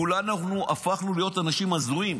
כולנו הפכנו להיות אנשים הזויים.